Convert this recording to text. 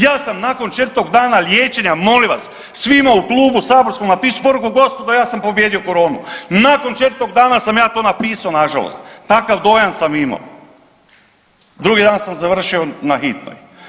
Ja sam nakon 4. dana liječenja molim vas svima u klubu saborskom napisao poruku gospodo ja sam pobijedio koronu, nakon 4. dana sam ja to napisao nažalost, takav dojam sam imao, drugi dan sam završio na hitnoj.